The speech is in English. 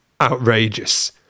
outrageous